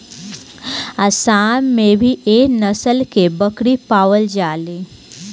आसाम में भी एह नस्ल के बकरी पावल जाली